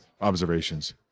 observations